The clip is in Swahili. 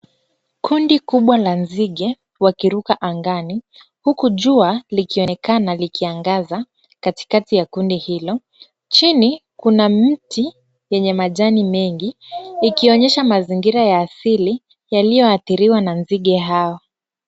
Kundi kubwa la nzige wakiruka angani, huku jua likionekana likiangaza kati kati ya kundi hilo. Chini kuna mti yenye majani mengi, ikionyesha mazingira asili yaliyoadhiriwa na nzige hao.